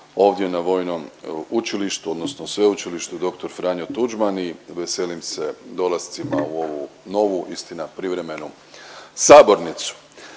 ovdje na Vojnom učilištu odnosno sveučilištu dr. Franjo Tuđman i veselim se dolascima u ovu novu istina privremenu sabornicu.